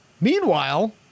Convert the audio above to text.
Meanwhile